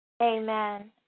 Amen